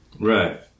Right